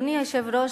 אדוני היושב-ראש,